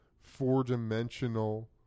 four-dimensional